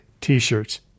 t-shirts